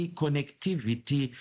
connectivity